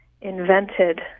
invented